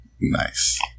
Nice